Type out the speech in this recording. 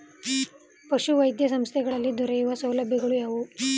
ಪಶುವೈದ್ಯ ಸಂಸ್ಥೆಗಳಲ್ಲಿ ದೊರೆಯುವ ಸೌಲಭ್ಯಗಳು ಯಾವುವು?